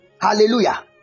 Hallelujah